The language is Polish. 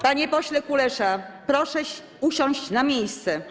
Panie pośle Kulesza, proszę usiąść na miejscu.